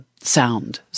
sound